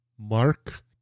Mark